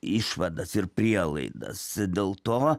išvadas ir prielaidas dėl to